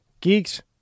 geeks